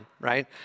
right